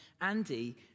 Andy